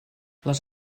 les